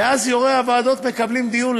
ואז יושבי-ראש הוועדות מקיימים דיון,